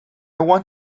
want